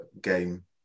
game